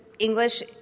English